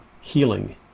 healing